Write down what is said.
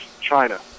China